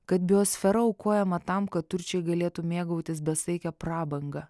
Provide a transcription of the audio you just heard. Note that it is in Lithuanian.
kad biosfera aukojama tam kad turčiai galėtų mėgautis besaike prabanga